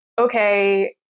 okay